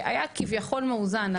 שהיה כביכול מאוזן,